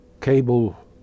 Cable